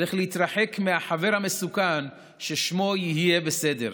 צריך להתרחק מהחבר המסוכן ששמו "יהיה בסדר",